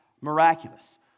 miraculous